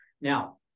Now